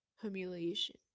humiliation